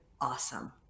awesome